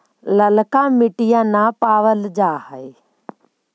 ललका मिटीया न पाबल जा है?